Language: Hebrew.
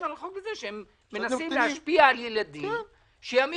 בכך שהן מנסות להשפיע על קטינים שימירו